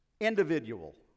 individual